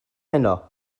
heno